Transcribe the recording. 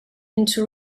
into